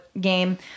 game